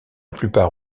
plupart